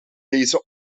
deze